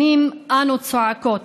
שנים אנו צועקות: